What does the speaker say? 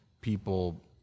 people